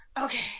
Okay